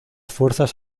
fuerzas